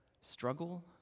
struggle